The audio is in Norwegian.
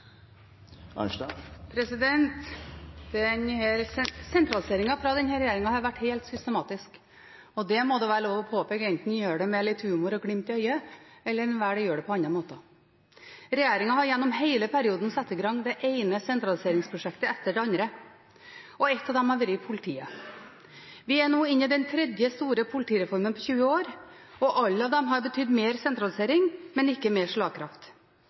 har vært helt systematisk, og det må det være lov å påpeke, enten en gjør det med litt humor og glimt i øyet eller en velger å gjøre det på andre måter. Regjeringen har gjennom hele perioden satt i gang det ene sentraliseringsprosjektet etter det andre, og et av dem har vært politiet. Vi er nå inne i den tredje store politireformen på 20 år, og alle har betydd mer sentralisering, men ikke mer slagkraft.